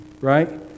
right